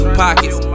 pockets